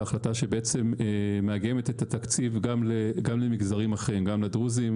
החלטה שמאגמת את התקציב גם למגזרים אחרים לדרוזים